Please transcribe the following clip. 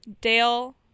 Dale